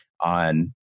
on